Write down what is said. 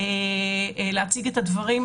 להציג את הדברים.